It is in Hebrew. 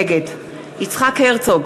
נגד יצחק הרצוג,